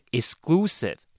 exclusive